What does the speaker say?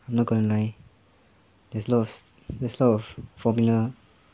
not going to lie there's a lot of there's a lot of formula